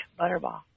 Butterball